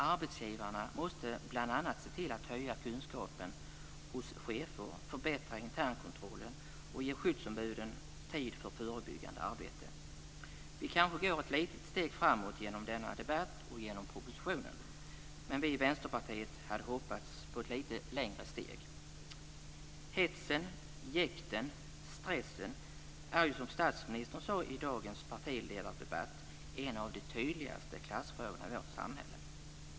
Arbetsgivarna måste bl.a. se till att höja kunskapen hos chefer, förbättra internkontrollen och ge skyddsombuden tid för förebyggande arbete. Vi kanske går ett litet steg framåt genom denna debatt och genom propositionen, men vi i Vänsterpartiet hade hoppats på ett lite längre steg. Hetsen, jäktet, stressen är ju, som statsministern sade i dagens partiledardebatt, bland de tydligaste klassfrågorna i vårt samhälle.